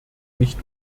nicht